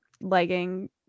legging